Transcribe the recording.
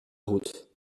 route